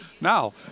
Now